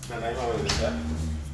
நம்ம எல்லா:namma ellaa